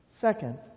Second